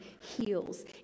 heals